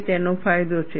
તે તેનો ફાયદો છે